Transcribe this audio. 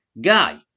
Guy